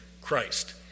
Christ